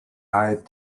eyed